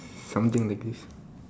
something like this